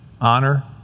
honor